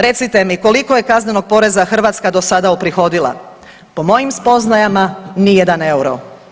Recite mi koliko je kaznenog poreza Hrvatska do sada uprihodila, po mojim spoznajama ni jedan euro.